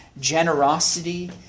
generosity